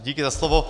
Díky za slovo.